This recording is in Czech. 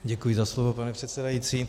Děkuji za slovo, pane předsedající.